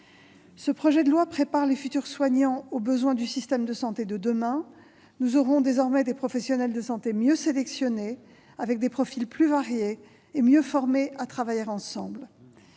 Ce projet de loi prépare les futurs soignants aux besoins du système de santé de demain : nous aurons désormais des professionnels de santé mieux sélectionnés, aux profils variés et davantage formés à travailler ensemble.